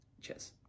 Cheers